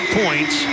points